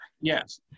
Yes